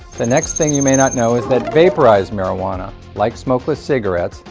the next thing you may not know is that vaporized marijuana, like smokeless cigarettes,